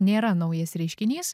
nėra naujas reiškinys